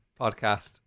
podcast